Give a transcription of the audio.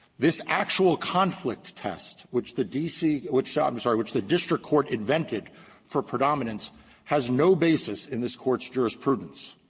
this actual conflict test, which the d c. which ah i'm sorry which the district court invented for predominance has no basis in this court's jurisprudence.